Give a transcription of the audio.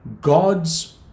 God's